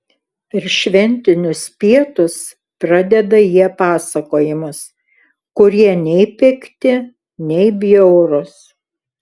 per šventinius pietus pradeda jie pasakojimus kurie nei pikti nei bjaurūs